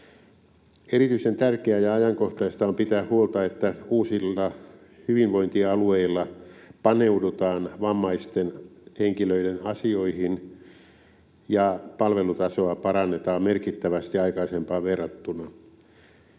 Erityisen tärkeää ja ajankohtaista on pitää huolta, että uusilla hyvinvointialueilla paneudutaan vammaisten henkilöiden asioihin ja palvelutasoa parannetaan merkittävästi aikaisempaan verrattuna.